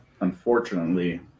unfortunately